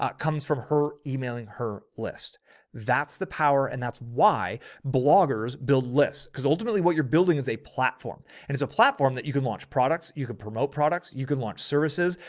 ah comes from her, emailing her. list that's the power. and that's why bloggers build lists because ultimately what you're building is a platform and it's a platform that you can launch products. you can promote products, you can launch services.